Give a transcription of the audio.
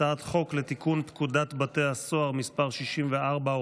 הצעת חוק לתיקון פקודת בתי הסוהר (מס' 64,